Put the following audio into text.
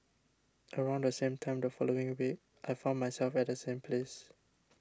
around the same time the following week I found myself at the same place